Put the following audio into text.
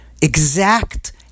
exact